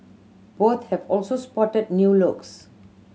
both have also spotted new looks